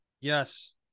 Yes